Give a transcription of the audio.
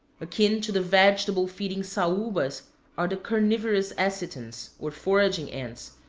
akin to the vegetable-feeding saubas are the carnivorous ecitons, or foraging ants,